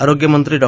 आरोग्यमंत्री डॉ